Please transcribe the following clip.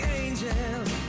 angels